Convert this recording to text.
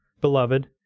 Beloved